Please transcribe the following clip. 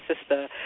sister